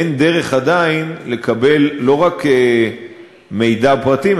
אין דרך עדיין לקבל לא רק מידע ופרטים,